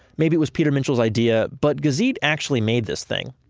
maybe it was peter minshall's idea, but gazit actually made this thing.